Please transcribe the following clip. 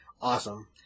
awesome